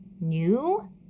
new